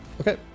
Okay